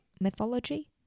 mythology